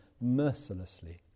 mercilessly